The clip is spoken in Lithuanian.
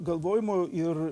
galvojimo ir